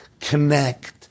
connect